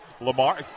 Lamar